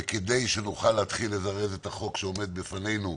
וכדי שנוכל להתחיל לזרז את החוק הנורבגי שעומד בפנינו,